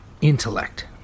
intellect